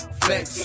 flex